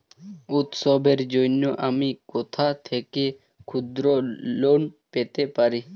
উৎসবের জন্য আমি কোথা থেকে ক্ষুদ্র লোন পেতে পারি?